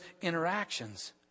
interactions